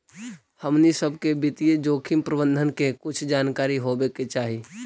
हमनी सब के वित्तीय जोखिम प्रबंधन के कुछ जानकारी होवे के चाहि